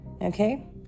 okay